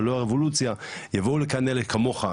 יבואו לכאן כמוך,